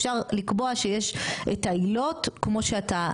אפשר לקבוע שיש את העילות כמו שאתה,